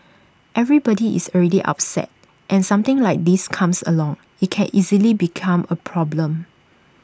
everybody is already upset and something like this comes along IT can easily become A problem